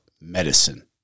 medicine